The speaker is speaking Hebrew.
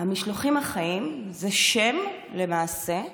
המשלוחים החיים, זה שם, למעשה,